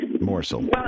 morsel